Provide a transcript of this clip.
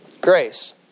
Grace